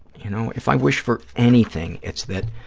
you know, if i wish for anything, it's that